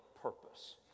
purpose